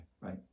Right